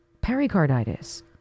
Pericarditis